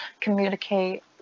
communicate